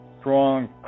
strong